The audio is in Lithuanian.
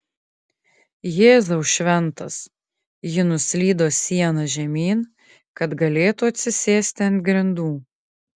jėzau šventas ji nuslydo siena žemyn kad galėtų atsisėsti ant grindų